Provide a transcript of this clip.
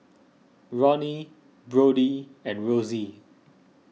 Ronnie Brodie and Rosy